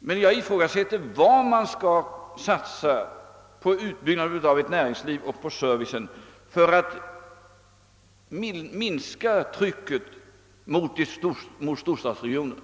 Jag ifrågasätter emellertid var man skall satsa på utbyggnaden av ett näringsliv och på servicen för att minska trycket mot storstadsregionerna.